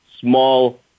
small